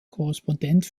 korrespondent